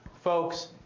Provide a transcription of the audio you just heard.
folks